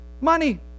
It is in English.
Money